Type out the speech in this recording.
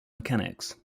mechanics